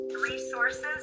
resources